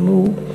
אנחנו,